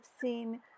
seen